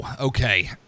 okay